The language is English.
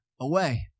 away